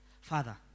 Father